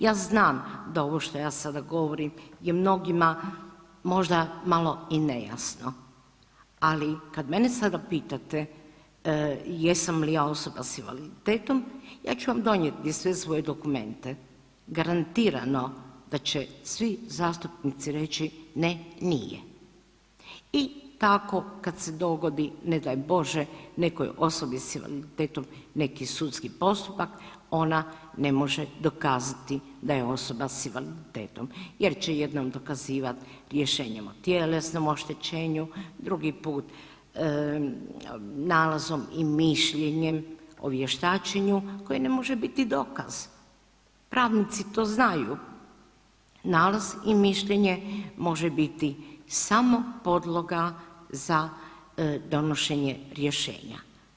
Ja znam da ovo što ja sada govorim je mnogima možda malo i nejasno, ali kad mene sada pitate jesam li ja osoba sa invaliditetom ja ću vam donijeti sve svoje dokumenta, garantirano da će svi zastupnici reći ne nije i tako kad se dogodi ne daj Bože nekoj osobi s invaliditetom neki sudski postupak ona ne može dokazati da je osoba s invaliditetom jer će jednom dokazivat rješenjem o tjelesnom oštećenju, drugi put nalazom i mišljenjem o vještačenju koji ne može biti dokaz, pravnici to znaju, nalaz i mišljenje može biti samo podloga za donošenje rješenja.